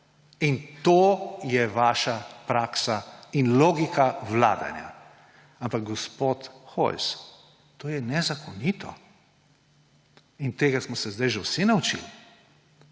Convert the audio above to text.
In to je vaša praksa in logika vladanja. Ampak, gospod Hojs, to je nezakonito. Tega smo se zdaj že vsi naučili.